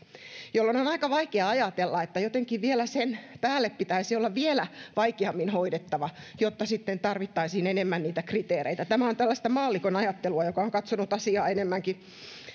jolloin on on aika vaikeaa ajatella että jotenkin pitäisi olla vielä sen päälle vielä vaikeammin hoidettava jotta sitten tarvittaisiin enemmän niitä kriteereitä tämä on tällaisen maallikon ajattelua joka on katsonut asiaa enemmänkin